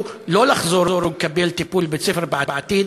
שלא לחזור ולקבל טיפול בבית-הספר בעתיד,